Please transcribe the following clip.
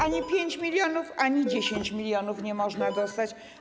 ani 5 mln, ani 10 mln nie można dostać.